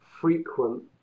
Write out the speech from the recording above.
frequent